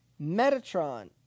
Metatron